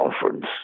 conference